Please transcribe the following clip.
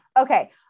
okay